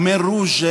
הקמר רוז',